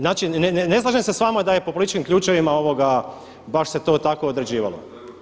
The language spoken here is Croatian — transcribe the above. Znači ne slažem se sa vama da je po političkim ključevima baš se to tako određivalo.